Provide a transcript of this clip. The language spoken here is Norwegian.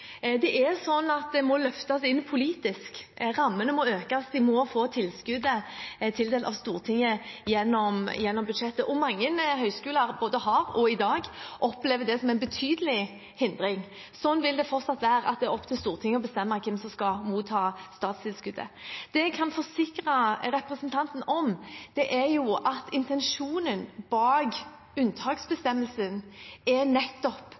det må løftes inn politisk. Rammene må økes, og de må få tilskuddet tildelt av Stortinget gjennom budsjettet. Mange høyskoler har opplevd – og opplever i dag – det som en betydelig hindring. Slik vil det fortsatt være – at det er opp til Stortinget å bestemme hvem som skal motta statstilskuddet. Det jeg kan forsikre representanten om, er at intensjonen bak unntaksbestemmelsen er nettopp